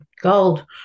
gold